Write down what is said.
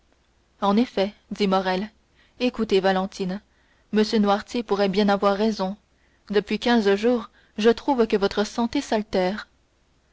en effet dit morrel écoutez valentine m noirtier pourrait bien avoir raison depuis quinze jours je trouve que votre santé s'altère